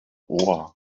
ohr